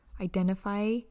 identify